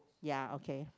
ya okay